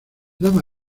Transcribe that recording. daba